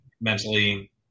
mentally